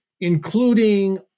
including